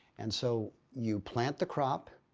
and so you plant the crop,